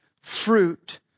fruit